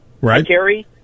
Right